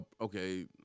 Okay